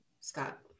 scott